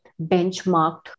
benchmarked